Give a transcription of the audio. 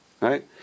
Right